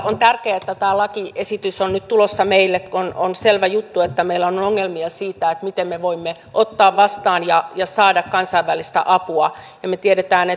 on tärkeää että tämä lakiesitys on nyt tulossa meille kun on selvä juttu että meillä on on ongelmia siinä miten me voimme ottaa vastaan ja ja saada kansainvälistä apua me tiedämme